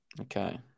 Okay